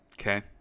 Okay